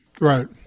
Right